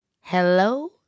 hello